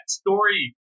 story